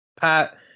pat